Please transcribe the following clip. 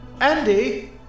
Andy